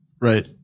Right